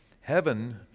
heaven